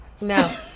No